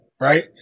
right